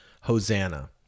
Hosanna